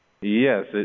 Yes